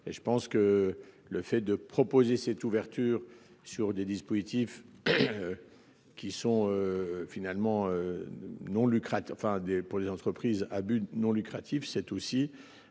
et je pense que le fait de proposer cette ouverture sur des dispositifs. Qui sont. Finalement. Non lucratif enfin des, pour les entreprises à but non lucratif, c'est aussi